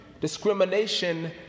discrimination